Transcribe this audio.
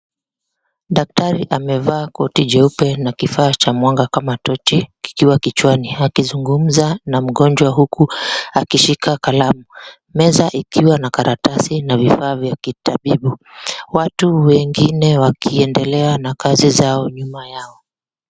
Daktari amevaa koti jeupe na kifaa chenye mwanga kama tochi kikiwa kichwani, akizungumza na mgonjwa huku akishika kalamu, meza ikiwa na karatasi na vifaa vya kitabibu. Watu wengine wakiendelea na kazi zao nyuma yao.